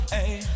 Hey